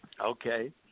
Okay